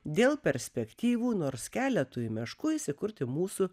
dėl perspektyvų nors keletui meškų įsikurti mūsų